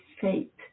fate